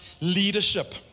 leadership